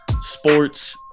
Sports